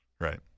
Right